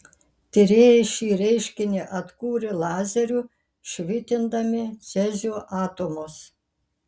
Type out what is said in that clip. tyrėjai šį reiškinį atkūrė lazeriu švitindami cezio atomus